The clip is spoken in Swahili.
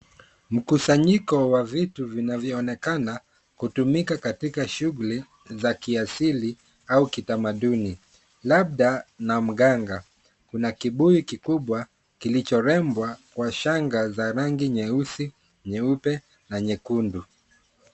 Mkusanyiko wa vitu vinavyoonekana kutumika katika shughuli za kiasili au kitamaduni labda na mganga, kuna kibuyu kikubwa kilichorembwa kwa shanga za rangi nyeusi, nyeupe na nyekundu.